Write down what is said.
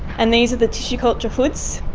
and these are the tissue culture hoods.